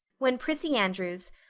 when prissy andrews,